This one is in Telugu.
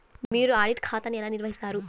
మీరు ఆడిట్ ఖాతాను ఎలా నిర్వహిస్తారు?